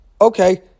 okay